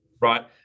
Right